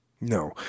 No